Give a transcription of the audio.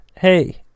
Hey